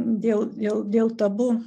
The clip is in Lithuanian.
dėl dėl tabu